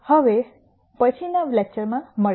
હવે હવે પછીનાં લેક્ચરમાં મળીશું